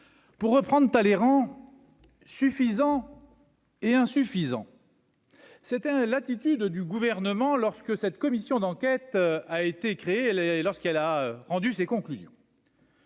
pour reprendre Talleyrand suffisant. Est insuffisant, c'était un l'attitude du gouvernement lorsque cette commission d'enquête a été créée, elle les lorsqu'elle a rendu ses conclusions.